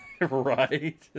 Right